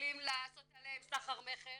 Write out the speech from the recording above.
מתחילים לעשות עליהם סחר מכר